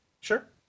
Sure